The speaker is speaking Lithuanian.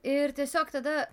ir tiesiog tada